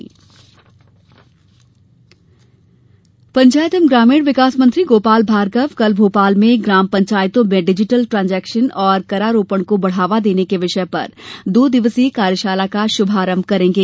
digital कार्यशाला पंचायत ग्रामीण विकास मंत्री गोपाल भार्गव कल भोपाल में ग्राम पंचायतों में डिजिटल ट्रांजेक्शन और करारोपण को बढ़ावा देने के विषय पर दो दिवसीय कार्यशाला का शुभारंभ करेंगे